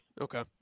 Okay